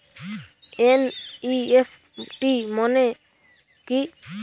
NEFT মনে কি?